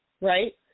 right